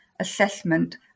assessment